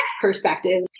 perspective